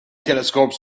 telescopes